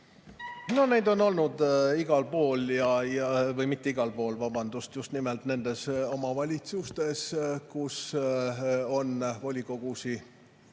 No neid on olnud igal pool. Või mitte igal pool, vabandust, vaid just nimelt nendes omavalitsustes, kus on volikogusid